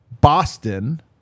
Boston